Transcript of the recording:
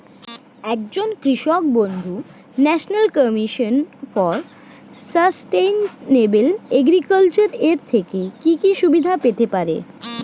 একজন কৃষক বন্ধু national commission for sustainable agriculture এর থেকে কি কি সুবিধা পেতে পারে?